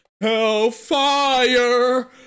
hellfire